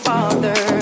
Father